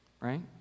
Right